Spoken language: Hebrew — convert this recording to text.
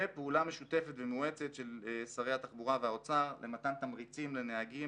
ופעולה משותפת ומאומצת של שרי התחבורה והאוצר למתן תמריצים לנהגים